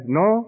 no